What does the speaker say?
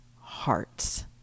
hearts